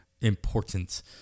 important